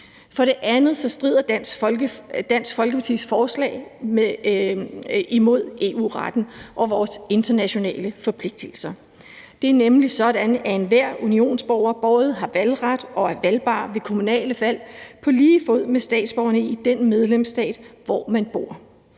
For det andet strider Dansk Folkepartis forslag imod EU-retten og vores internationale forpligtelser. Det er nemlig sådan, at enhver unionsborger både har valgret og er valgbar ved kommunale valg på lige fod med statsborgerne i den medlemsstat, hvor man bor.